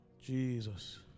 Jesus